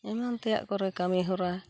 ᱮᱢᱟᱱ ᱛᱮᱭᱟᱜ ᱠᱚᱨᱮ ᱠᱟᱹᱢᱤ ᱦᱚᱨᱟ